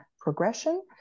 progression